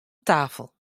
tafel